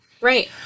Right